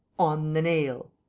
on the nail.